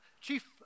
Chief